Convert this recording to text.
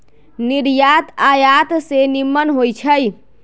निर्यात आयात से निम्मन होइ छइ